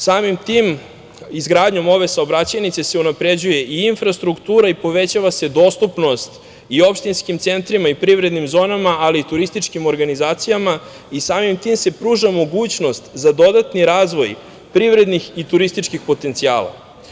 Samim tim, izgradnjom ove saobraćajnice se unapređuje i infrastruktura i povećava se dostupnost i opštinskim centrima i privrednim zonama, ali i turističkim organizacijama i samim tim se pruža mogućnost za dodatni razvoj privrednih i turističkih potencijala.